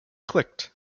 clicked